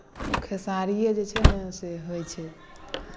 खेसारिए जे छै ने से होइत छै